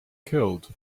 killed